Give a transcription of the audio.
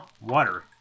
Water